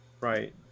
Right